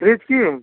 fridge